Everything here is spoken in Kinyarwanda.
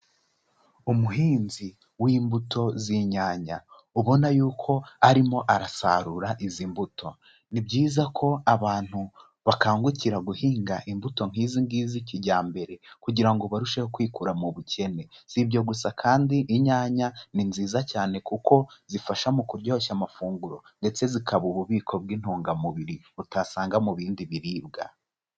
Umuhinzi w'imbuto z'inyanya, ubona yuko arimo arasarura izi mbuto. Ni byiza ko abantu bakangukira guhinga imbuto nk'izi ngizi kijyambere, kugira ngo barusheho kwikura mu bukene. Si ibyo gusa kandi inyanya ni nziza cyane kuko, zifasha mu kuryoshya amafunguro, ndetse zikaba ububiko bw'intungamubiri utasanga mu bindi biribwa.